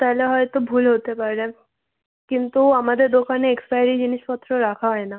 তাহলে হয়তো ভুল হতে পারে কিন্তু আমাদের দোকানে এক্সপায়ারি জিনিসপত্র রাখা হয় না